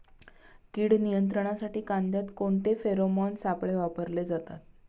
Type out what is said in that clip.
कीड नियंत्रणासाठी कांद्यात कोणते फेरोमोन सापळे वापरले जातात?